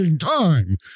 Time